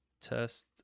test